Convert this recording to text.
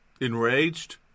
enraged